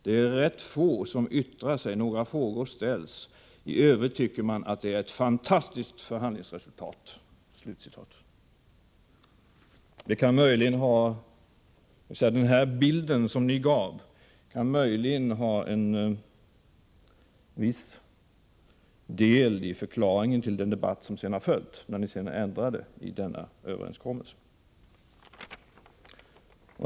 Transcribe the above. Det är rätt få som yttrar sig, några frågor ställs, i övrigt tycker man att det är ett fantastiskt förhandlingsresultat.” Den här bilden som ni gav kan möjligen ha en viss del i förklaringen till den debatt som sedan har förts, efter det att ni ändrade i överenskommelsen.